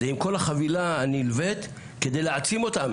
זה עם כל החבילה הנלווית כדי להעצים אותם.